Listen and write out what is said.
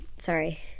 Sorry